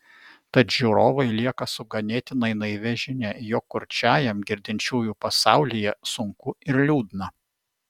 tad žiūrovai lieka su ganėtinai naivia žinia jog kurčiajam girdinčiųjų pasaulyje sunku ir liūdna